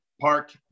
Park